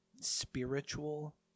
spiritual